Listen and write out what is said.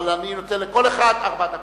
אבל אני נותן לכל אחד ארבע דקות,